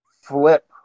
flip